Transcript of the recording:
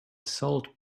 salt